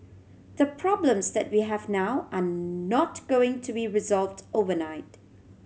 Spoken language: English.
the problems that we have now are not going to be resolved overnight